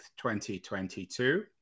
2022